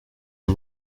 the